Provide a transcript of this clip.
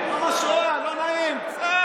נאשם